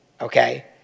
okay